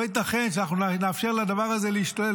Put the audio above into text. לא ייתכן שאנחנו נאפשר לדבר הזה להשתולל.